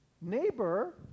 neighbor